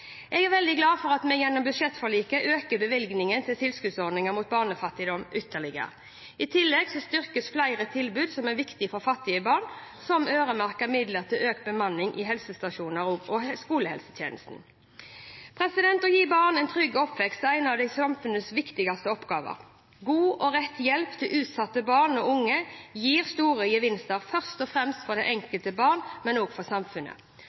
Jeg er veldig glad for at vi gjennom budsjettforliket øker bevilgningen til tilskuddsordningen mot barnefattigdom ytterligere. I tillegg styrkes flere tilbud som er viktige for fattige barn, som øremerkede midler til økt bemanning i helsestasjons- og skolehelsetjenesten. Å gi barn en trygg oppvekst er en av samfunnets viktigste oppgaver. God og rett hjelp til utsatte barn og unge gir store gevinster, først og fremst for det enkelte barn, men også for samfunnet.